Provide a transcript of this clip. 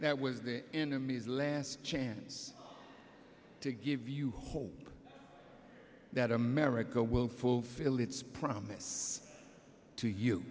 that was the enemy's last chance to give you hope that america will fulfill its promise to you